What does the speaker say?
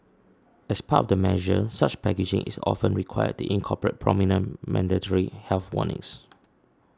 as part of the measure such packaging is often required the incorporate prominent mandatory health warnings